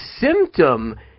symptom